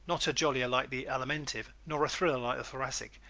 not a jollier like the alimentive, nor a thriller like the thoracic,